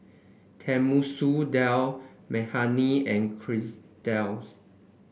Tenmusu Dal Makhani and Quesadillas